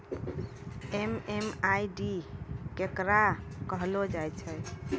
MMID केकरा कहलो जाय छै